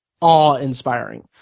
awe-inspiring